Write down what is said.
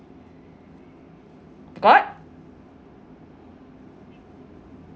what